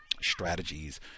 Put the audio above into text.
strategies